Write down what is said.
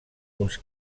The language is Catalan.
uns